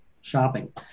shopping